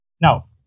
Now